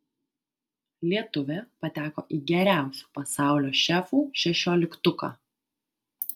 lietuvė pateko į geriausių pasaulio šefų šešioliktuką